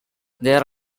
there